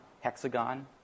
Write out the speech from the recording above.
hexagon